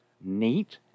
neat